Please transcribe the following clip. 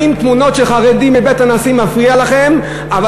האם תמונות של חרדים מבית הנשיא מפריעות לכם אבל